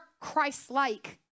Christ-like